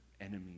enemies